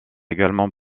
également